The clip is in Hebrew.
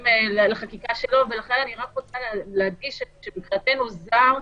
לחקיקה שלו לכן אני רק רוצה להדגיש שמבחינתנו, זר,